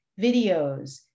videos